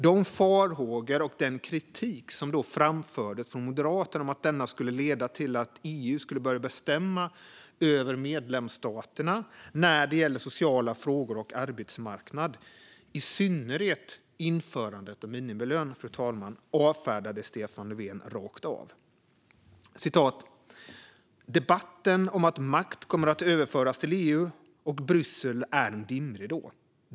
De farhågor och den kritik som då framfördes från Moderaterna om att denna skulle leda till att EU skulle börja bestämma över medlemsstaterna när det gäller sociala frågor och arbetsmarknad - i synnerhet införandet av minimilön - avfärdade Stefan Löfven rakt av. Han sa att debatten om att makt kommer att överföras till EU och Bryssel är en dimridå.